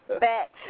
back